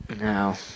now